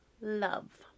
love